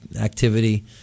activity